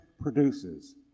produces